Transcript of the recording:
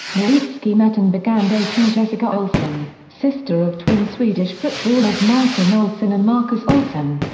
nowitzki met and began dating jessica olsson, sister of twin swedish footballers martin olsson and marcus olsson.